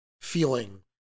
feeling